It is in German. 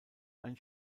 ein